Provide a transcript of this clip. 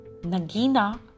Nagina